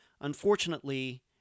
Unfortunately